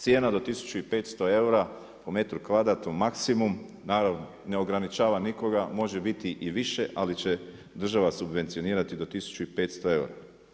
Cijena do 1500 eura po metru kvadratnom maksimum, naravno ne ograničava nikoga, može biti i više ali će država subvencionirati do 1500 eura.